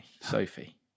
Sophie